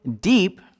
deep